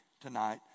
tonight